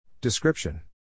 Description